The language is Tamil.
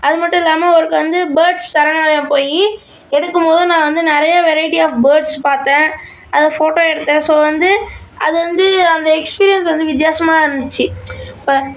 அதுமட்டும் இல்லாமல் ஒருக்க வந்து பேர்ட்ஸ் சரணாலயம் போய் எடுக்கும்போது நான் வந்து நிறையா வெரைட்டி ஆஃப் பேர்ட்ஸ் பார்த்தேன் அதை ஃபோட்டோ எடுத்தேன் ஸோ வந்து அது வந்து அந்த எக்ஸ்பீரியன்ஸ் வந்து வித்தியாசமா இருந்துச்சு இப்போ